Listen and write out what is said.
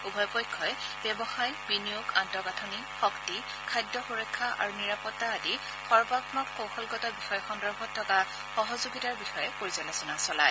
উভয় পক্ষই ব্যৱসায় বিনিয়োগ আন্তঃগাঁঠনি শক্তি খাদ্য সুৰক্ষা আৰু নিৰাপত্তা আদি সৰ্বামক কৌশলগত বিষয় সন্দৰ্ভত থকা সহযোগিতাৰ বিষয়ে পৰ্যালোচনা চলায়